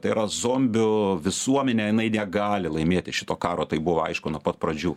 tai yra zombių visuomenė jinai negali laimėti šito karo tai buvo aišku nuo pat pradžių